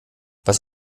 was